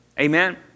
Amen